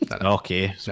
Okay